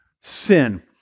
Sin